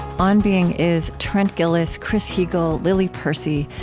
on being is trent gilliss, chris heagle, lily percy,